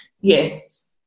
Yes